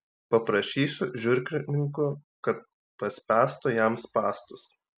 paprašysiu žiurkininkų kad paspęstų jam spąstus